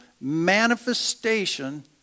manifestation